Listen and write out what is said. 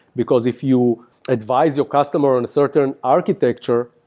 because if you advice your customer in a certain architecture,